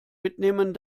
mitnehmen